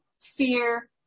fear